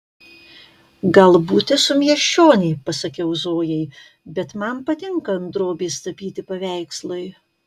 galbūt esu miesčionė pasakiau zojai bet man patinka ant drobės tapyti paveikslai